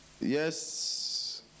Yes